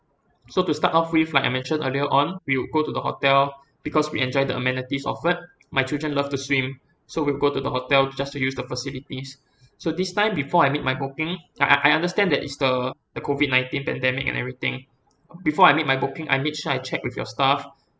so to start off with like I mentioned earlier on we would go to the hotel because we enjoy the amenities offered my children love to swim so we would go to the hotel just to use the facilities so this time before I make my booking I I I understand that is the the COVID nineteen pandemic and everything before I made my booking I made sure I check with your staff